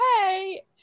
hey